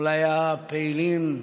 אולי הפעילים,